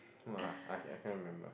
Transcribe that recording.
!wah! I I cannot remember